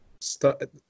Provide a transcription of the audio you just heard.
start